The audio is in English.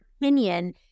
opinion